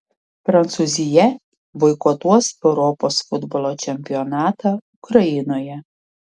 prancūzija boikotuos europos futbolo čempionatą ukrainoje